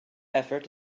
effort